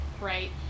right